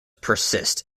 persist